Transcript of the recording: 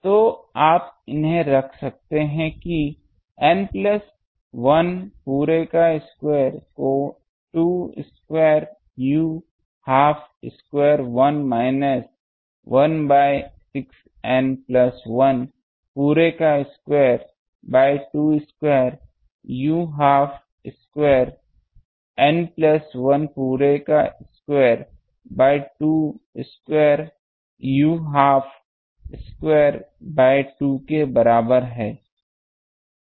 तो आप इन्हें रख सकते हैं कि N प्लस 1 पूरे का स्क्वायर को 2 square u half square 1 minus 1 by 6 N plus 1 पूरे का square by 2 square u half square N plus 1 पूरे का square by 2 square u half square by 2 के बराबर हैं